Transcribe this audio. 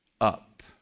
up